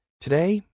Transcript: Today